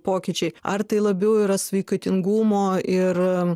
pokyčiai ar tai labiau yra sveikatingumo ir